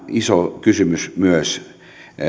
iso kysymys on myös